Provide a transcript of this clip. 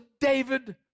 David